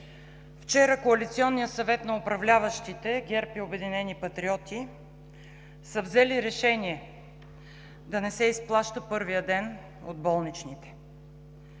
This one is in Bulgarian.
Вчера Коалиционният съвет на управляващите – ГЕРБ и „Обединени патриоти“, са взели решение да не се изплаща първият ден от болничните.